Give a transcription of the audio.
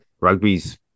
rugby's